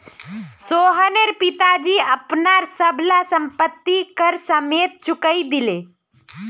सोहनेर पिताजी अपनार सब ला संपति कर समयेत चुकई दिले